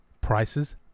prices